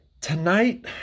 Tonight